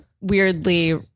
weirdly